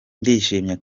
ndishimye